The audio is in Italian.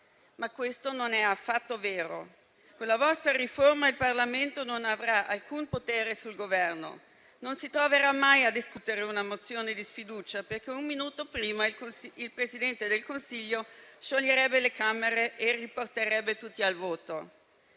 ma questo non è affatto vero. Con la vostra riforma, il Parlamento non avrà alcun potere sul Governo; non si troverà mai a discutere una mozione di sfiducia, perché un minuto prima il Presidente del Consiglio scioglierebbe le Camere e riporterebbe tutti al voto.